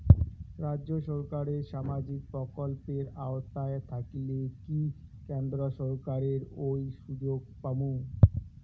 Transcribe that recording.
রাজ্য সরকারের সামাজিক প্রকল্পের আওতায় থাকিলে কি কেন্দ্র সরকারের ওই সুযোগ পামু?